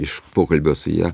iš pokalbio su ja